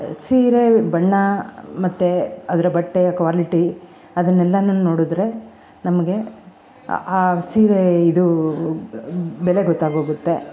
ಸೀರೆ ಬಣ್ಣ ಮತ್ತೆ ಅದರ ಬಟ್ಟೆಯ ಕ್ವಾಲಿಟಿ ಅದನ್ನೆಲ್ಲಾ ನೋಡಿದ್ರೆ ನಮಗೆ ಆ ಸೀರೆ ಇದು ಬೆಲೆ ಗೊತ್ತಾಗೋಗುತ್ತೆ